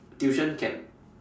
tuition can